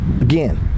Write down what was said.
Again